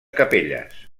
capelles